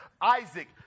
Isaac